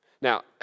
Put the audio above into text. Now